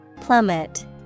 Plummet